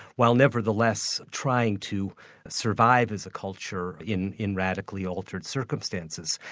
while nevertheless trying to survive as a culture in in radically altered circumstances.